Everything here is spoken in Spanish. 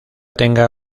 tenga